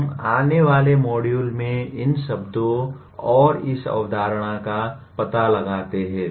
हम आने वाले मॉड्यूल में इन शब्दों और इस अवधारणा का पता लगाते हैं